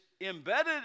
embedded